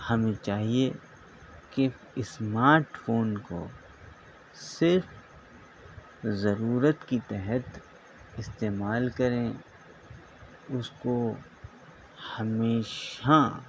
ہمیں چاہئے کہ اسماٹ فون کو صرف ضرورت کی تحت استعمال کریں اس کو ہمیشہ